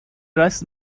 راست